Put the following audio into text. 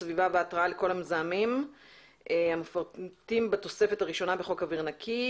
הסביבה וההתרעה לכל המזהמים המפורטים בתוספת הראשונה בחוק אוויר נקי.